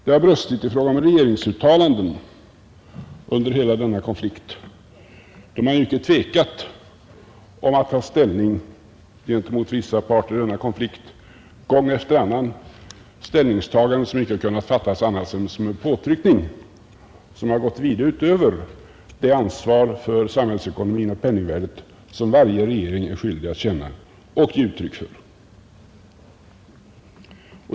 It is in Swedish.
Det har brustit i fråga om regeringsuttalanden under hela denna konflikt, då man inte tvekat om att ta ställning gentemot vissa parter i denna konflikt — gång efter annan ställningstaganden, som inte kunnat fattas som annat än en påtryckning som har gått vida utöver det ansvar för samhällsekonomin och penningvärdet som varje regering är skyldig att känna och ge uttryck för.